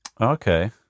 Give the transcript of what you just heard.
Okay